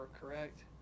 correct